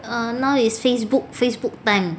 err now is Facebook Facebook time